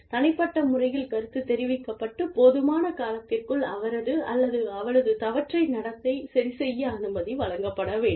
தனிப்பட்ட முறையில் கருத்து தெரிவிக்கப்பட்டு போதுமான காலத்திற்குள் அவரது அல்லது அவளது தவற்றை நடத்தை சரிசெய்ய அனுமதி வழங்கப்பட வேண்டும்